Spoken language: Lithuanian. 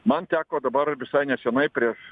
man teko dabar visai nesenai prieš